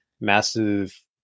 massive